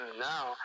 now